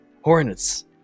hornets